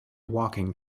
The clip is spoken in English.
walking